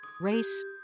race